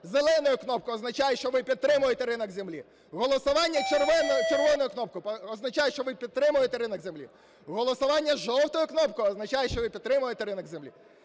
зеленою кнопкою означає, що ви підтримуєте ринок землі, голосування червоною кнопкою означає, що ви підтримуєте ринок землі, голосування жовтою кнопкою означає, що ви підтримуєте ринок землі.